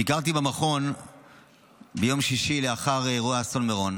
ביקרתי במכון ביום שישי לאחר אירוע אסון מירון